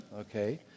Okay